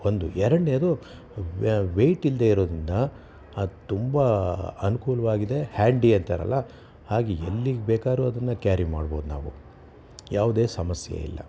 ಒಂದು ಎರಡನೇದು ವೆ ವೆಯ್ಟ್ ಇಲ್ಲದೇ ಇರೋದರಿಂದ ಅದು ತುಂಬ ಅನುಕೂಲವಾಗಿದೆ ಹ್ಯಾಂಡಿ ಅಂತಾರಲ್ಲ ಹಾಗೆ ಎಲ್ಲಿಗೆ ಬೇಕಾದ್ರು ಅದನ್ನು ಕ್ಯಾರಿ ಮಾಡ್ಬೋದು ನಾವು ಯಾವುದೇ ಸಮಸ್ಯೆ ಇಲ್ಲ